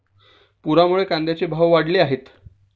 पुरामुळे कांद्याचे भाव वाढले आहेत